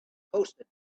hosted